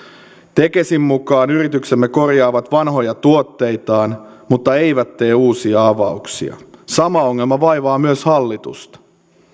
tekesin mukaan yrityksemme korjaavat vanhoja tuotteitaan mutta eivät tee uusia avauksia sama ongelma vaivaa myös hallitusta